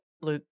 Luke